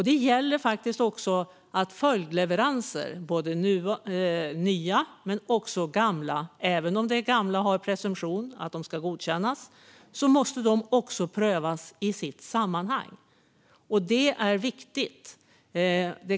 Det gäller faktiskt också följdleveranser. Både nya och gamla, även om de gamla har presumtion att godkännas, måste prövas i sitt sammanhang. Det är viktigt.